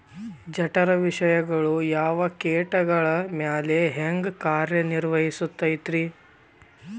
ಜಠರ ವಿಷಗಳು ಯಾವ ಕೇಟಗಳ ಮ್ಯಾಲೆ ಹ್ಯಾಂಗ ಕಾರ್ಯ ನಿರ್ವಹಿಸತೈತ್ರಿ?